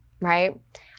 right